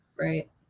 right